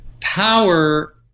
power